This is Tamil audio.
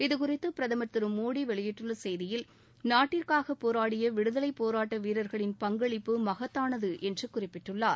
இது குறித்து பிரதமர் திரு மோடி வெளியிட்டுள்ள செய்தில் நாட்டிற்காக போராடிய விடுதலை போராட்ட வீரர்களின் பங்களிப்பு மகத்தானது என்று குறிப்பிட்டுள்ளார்